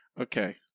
okay